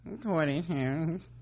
According